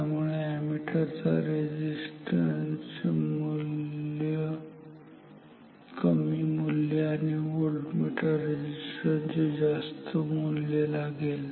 त्यामुळे ammeter resistance चे कमी मूल्य आणि व्होल्टमीटर रेजिस्टन्सचे जास्त मूल्य लागेल